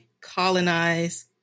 colonize